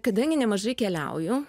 kadangi nemažai keliauju